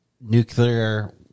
nuclear